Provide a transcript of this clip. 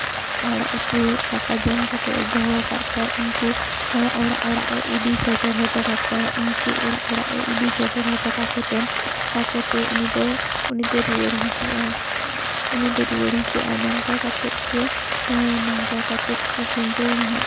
ᱟᱲᱟᱜ ᱤᱛᱤ ᱫᱟᱠᱟ ᱡᱚᱢ ᱠᱟᱛᱮᱼᱮ ᱫᱚᱦᱚᱣᱟᱠᱟᱫ ᱠᱚᱣᱟ ᱩᱱᱠᱩ ᱚᱲᱟᱜ ᱚᱲᱟᱜᱼᱮ ᱤᱫᱤ ᱥᱮᱴᱮᱨ ᱦᱚᱴᱚ ᱠᱟᱠᱚᱣᱟᱭ ᱩᱱᱠᱩ ᱚᱲᱟᱜ ᱚᱲᱟᱜᱼᱮ ᱤᱫᱤ ᱥᱮᱴᱮᱨ ᱦᱚᱴᱚ ᱠᱟᱠᱚᱛᱮ ᱠᱟᱠᱚᱛᱮ ᱩᱱᱤ ᱫᱚ ᱩᱱᱤ ᱫᱚ ᱨᱩᱣᱟᱹᱲ ᱦᱤᱡᱩᱜᱼᱟᱭ ᱩᱱᱤ ᱫᱚᱭ ᱨᱩᱣᱟᱹᱲ ᱦᱤᱡᱩᱜᱼᱟᱭ ᱱᱚᱝᱠᱟ ᱠᱟᱛᱮ ᱜᱮ ᱦᱮᱸ ᱱᱚᱝᱠᱟ ᱠᱟᱛᱮ ᱜᱮ ᱠᱷᱩᱱᱴᱟᱹᱣ ᱢᱟᱦᱟ